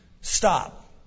Stop